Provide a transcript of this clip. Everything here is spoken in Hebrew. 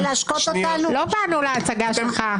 לא באנו להצגה שלך.